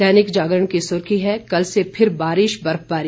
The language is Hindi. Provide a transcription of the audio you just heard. दैनिक जागरण की सुर्खी है कल से फिर बारिश बर्फबारी